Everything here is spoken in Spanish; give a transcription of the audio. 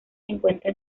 encuentra